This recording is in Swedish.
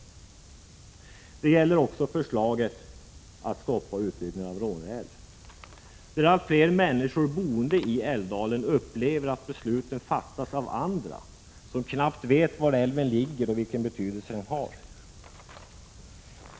Också beträffande förslaget att stoppa utbyggnaden av Råneälven upplever allt fler av de boende i älvdalen att besluten fattas av andra, som knappt vet var älven ligger och vilken betydelse den har.